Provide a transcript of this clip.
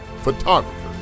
photographers